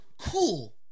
cool